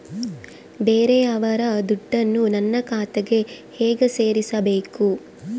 ಬೇರೆಯವರ ದುಡ್ಡನ್ನು ನನ್ನ ಖಾತೆಗೆ ಹೇಗೆ ಸೇರಿಸಬೇಕು?